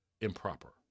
improper